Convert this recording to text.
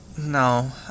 No